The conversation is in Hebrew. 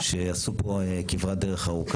שעשו פה כברת דרך ארוכה.